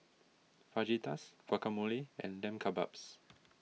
Fajitas Guacamole and Lamb Kebabs